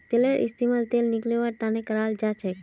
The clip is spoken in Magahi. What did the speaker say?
तिलेर इस्तेमाल तेल निकलौव्वार तने कराल जाछेक